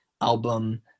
album